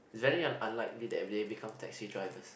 is very un~ unlikely that they become taxi drivers